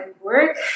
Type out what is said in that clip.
work